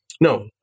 No